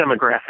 demographic